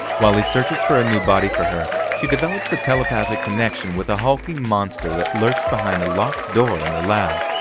while he searches for a new body for her, she develops a telepathic connection with a hulking monster that lurks behind a locked door in the lab.